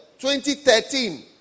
2013